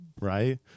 right